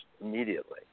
immediately